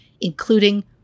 including